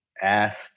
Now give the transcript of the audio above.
asked